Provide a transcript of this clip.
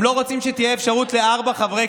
הם לא רוצים שתהיה אפשרות לארבעה חברי